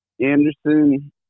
Anderson